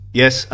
yes